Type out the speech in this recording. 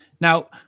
Now